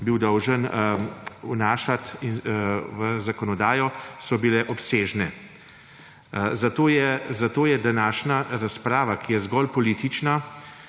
bil dolžan vnašati v zakonodajo, so bile obsežne. Zato je današnja razprava, ki je zgolj politična,